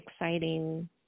exciting